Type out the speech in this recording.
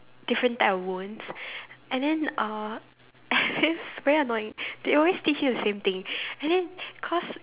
different type of wounds and then uh and it's very annoying they always teach you the same thing and then cause